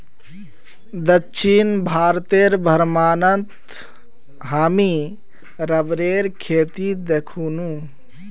दक्षिण भारतेर भ्रमणत हामी रबरेर खेती दखनु